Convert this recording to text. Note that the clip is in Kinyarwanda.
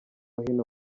hino